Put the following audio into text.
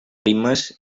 ritmes